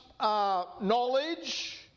knowledge